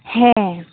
ᱦᱮᱸ